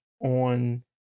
on